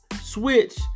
switch